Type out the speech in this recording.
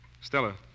Stella